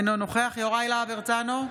אינו נוכח יוראי להב הרצנו,